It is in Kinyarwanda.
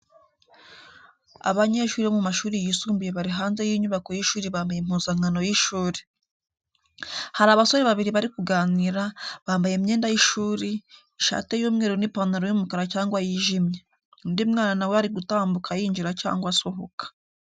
Abanyeshuri bo mu mashuri yisumbuye bari hanze y’inyubako y’ishuri bambaye impuzankano y’ishuri. Hari abasore babiri bari kuganira, bambaye imyenda y’ishuri: ishati y’umweru n’ipantaro y’umukara cyangwa yijimye, undi mwana na we ari gutambuka yinjira cyangwa asohoka.